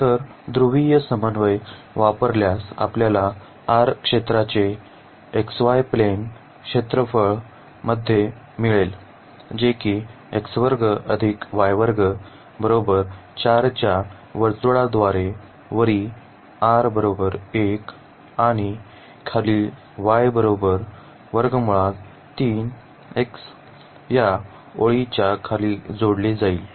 तर ध्रुवीय समन्वय वापरल्यास आपल्याला R क्षेत्राचे प्लेन क्षेत्रफळ मध्ये मिळेल जे कि च्या वर्तुळाद्वारे वरी आणि खाली या ओळीच्या खाली जोडले जाईल